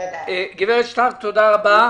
גברת שטרק, תודה רבה.